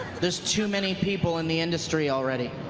there are too many people in the industry already.